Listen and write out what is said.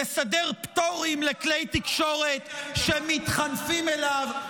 לסדר פטורים לכלי תקשורת שמתחנפים אליו,